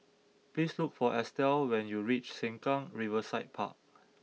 please look for Estel when you reach Sengkang Riverside Park